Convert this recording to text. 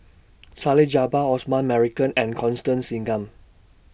Salleh Japar Osman Merican and Constance Singam